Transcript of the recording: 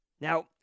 Now